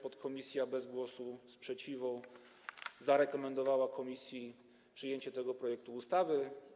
Podkomisja, bez głosu sprzeciwu, zarekomendowała komisji przyjęcie tego projektu ustawy.